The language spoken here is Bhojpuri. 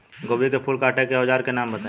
गोभी के फूल काटे के औज़ार के नाम बताई?